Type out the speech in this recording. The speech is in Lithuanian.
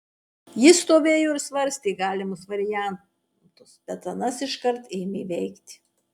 jis stovėjo ir svarstė galimus variantus bet anas iškart ėmė veikti